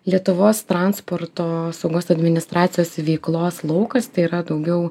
lietuvos transporto saugos administracijos veiklos laukas tai yra daugiau